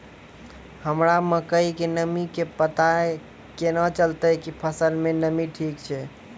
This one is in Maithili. हमरा मकई के नमी के पता केना चलतै कि फसल मे नमी ठीक छै?